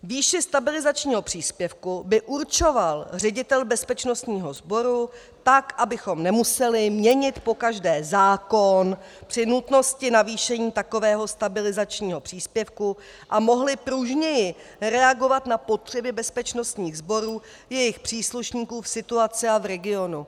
Výši stabilizačního příspěvku by určoval ředitel bezpečnostního sboru tak, abychom nemuseli měnit pokaždé zákon při nutnosti navýšení takového stabilizačního příspěvku a mohli pružněji reagovat na potřeby bezpečnostních sborů, jejich příslušníků v situaci a v regionu.